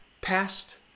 past